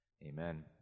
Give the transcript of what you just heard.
Amen